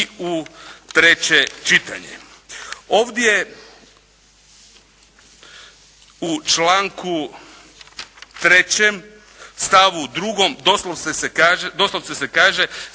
u treće čitanje. Ovdje u članku 3. stavku 2. doslovce se kaže